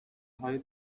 های